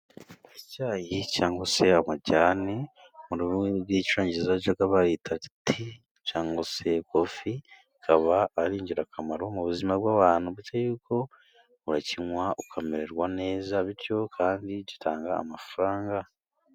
Icyayi cyangwa se amajyane mu rurimi rw'icyongereza yajyaga bayita ti ,cyangwa se kofi, bikaba ari ingirakamaro mu buzima bw'abantu ,buretse yuko urakinywa ukamererwa neza ,bityo kandi gitanga amafaranga.